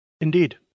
Indeed